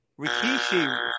Rikishi